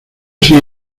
sigue